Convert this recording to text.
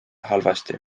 halvasti